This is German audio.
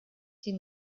die